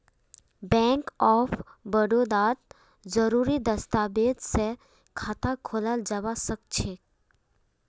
bank of बड़ौदात जरुरी दस्तावेज स खाता खोलाल जबा सखछेक